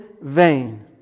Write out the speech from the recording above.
vain